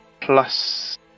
plus